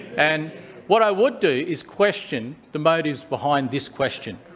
and what i would do is question the motives behind this question,